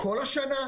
כל השנה,